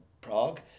Prague